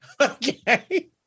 Okay